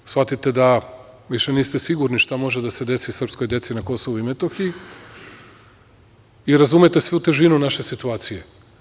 Shvatite da više niste sigurni šta može da se desi srpskoj deci na Kosovu i Metohiji i razumete svu težinu naše situacije.